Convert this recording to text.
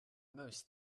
most